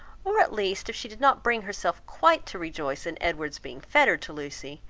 or at least, if she did not bring herself quite to rejoice in edward's being fettered to lucy,